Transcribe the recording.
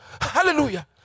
Hallelujah